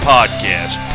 Podcast